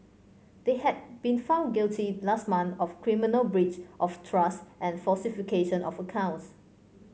they had been found guilty last month of criminal breach of trust and falsification of accounts